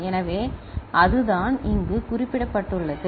எனவே அதுதான் இங்கு குறிப்பிடப்பட்டுள்ளது